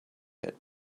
had